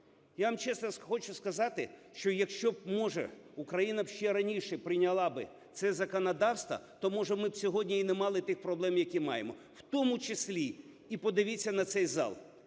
Я вам чесно хочу сказати, що якщо б, може, Україна ще раніше прийняла би це законодавство, то, може, ми сьогодні і не мали б тих проблем, які маємо. В тому числі і подивіться на цей зал.